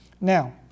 Now